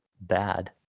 bad